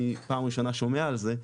אני פעם ראשונה שומע על זה,